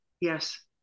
Yes